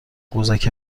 قوزک